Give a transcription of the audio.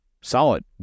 Solid